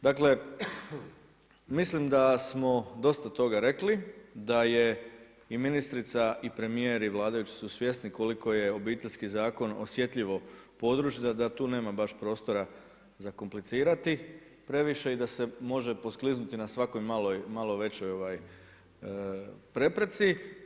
Dakle mislim da smo dosta toga rekli, da je i ministrica i premijer i vladajući su svjesni koliko je Obiteljski zakon osjetljivo područje da tu nema baš prostora za komplicirati previše i da se može poskliznuti na svakoj malo većoj prepreci.